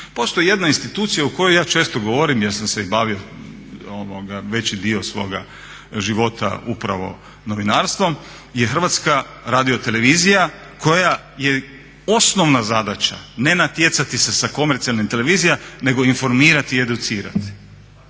Postoji jedna institucija o kojoj ja često govorim jer sam se i bavio veći dio svoga života upravo novinarstvom je HRT kojoj je osnovna zadaća ne natjecati se sa komercijalnim televizijama nego informirati i educirati.